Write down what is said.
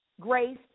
grace